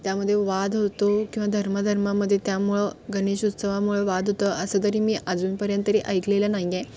त्यामध्ये वाद होतो किंवा धर्म धर्मामध्ये त्यामुळं गणेश उत्सवामुळं वाद होतं असं तरी मी अजूनपर्यंत तरी ऐकलेलं नाही आहे